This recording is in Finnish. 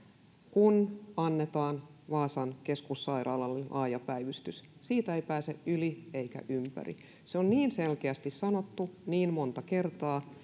kun annetaan vaasan keskussairaalalle laaja päivystys siitä ei pääse yli eikä ympäri se on niin selkeästi sanottu niin monta kertaa